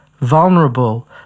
vulnerable